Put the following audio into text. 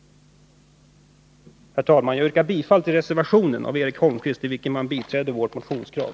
Jag yrkar bifall till motion 101 i vad avser mom. 2 a och beträffande mom. 2 b till reservationen av Eric Holmqvist m.fl. i vilken man biträder vårt motionskrav.